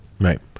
Right